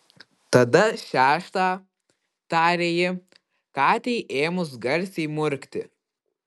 tada šeštą tarė ji katei ėmus garsiai murkti